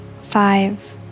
five